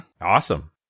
Awesome